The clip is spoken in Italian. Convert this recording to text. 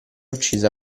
uccisa